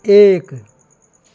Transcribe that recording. एक